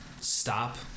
stop